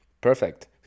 Perfect